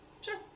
Sure